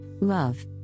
Love